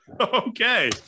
Okay